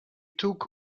took